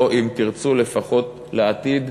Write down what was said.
או אם תרצו לפחות לעתיד,